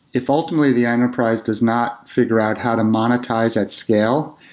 if ultimately the enterprise does not figure out how to monetize at scale,